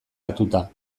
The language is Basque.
hartuta